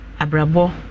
Abrabo